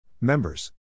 Members